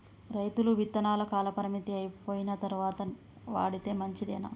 రైతులు విత్తనాల కాలపరిమితి అయిపోయిన తరువాత వాడితే మంచిదేనా?